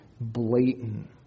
blatant